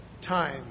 time